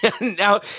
now